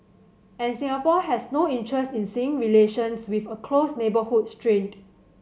and Singapore has no interest in seeing relations with a close neighbour strained